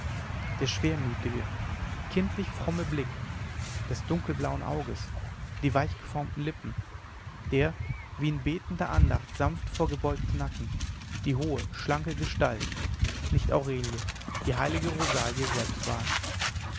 der schwermütige kindlich fromme blick des dunkelblauen auges die weichgeformten lippen der wie in betender andacht sanft vorgebeugte nacken die hohe schlanke gestalt nicht aurelie die heilige rosalie selbst war es